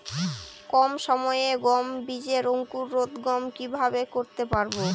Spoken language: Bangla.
কম সময়ে গম বীজের অঙ্কুরোদগম কিভাবে করতে পারব?